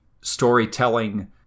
storytelling